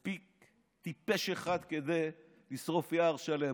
שמספיק טיפש אחד כדי לשרוף יער שלם.